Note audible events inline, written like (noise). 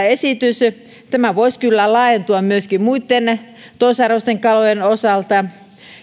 (unintelligible) esitys voisi kyllä laajentua myöskin muitten toisarvoisten kalojen osalta